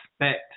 expect